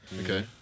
Okay